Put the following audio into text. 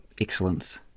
excellence